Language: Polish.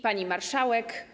Pani Marszałek!